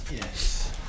Yes